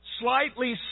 slightly